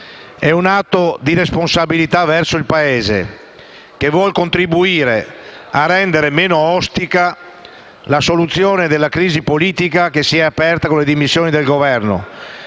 È un atto di responsabilità verso il Paese che vuol contribuire a rendere meno ostica la soluzione della crisi politica che si è aperta con le dimissioni del Governo